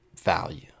Value